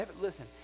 listen